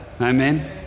Amen